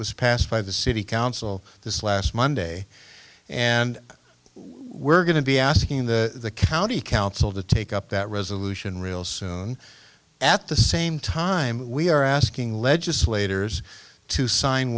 was passed by the city council this last monday and we're going to be asking the county council to take up that resolution real soon at the same time we are asking legislators to sign